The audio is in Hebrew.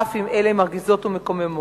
אף אם אלה מרגיזות ומקוממות.